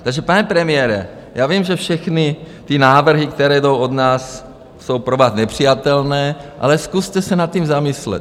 Takže pane premiére, já vím, že všechny ty návrhy, které jdou od nás, jsou pro vás nepřijatelné, ale zkuste se nad tím zamyslet.